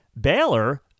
Baylor